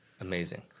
Amazing